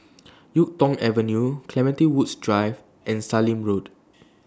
Yuk Tong Avenue Clementi Woods Drive and Sallim Road